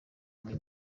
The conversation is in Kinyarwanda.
muri